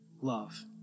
love